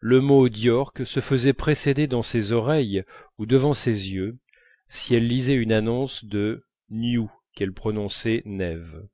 le mot d'york se faisait précéder dans ses oreilles ou devant ses yeux si elle lisait une annonce de new qu'elle prononçait nev